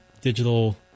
digital